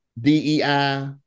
DEI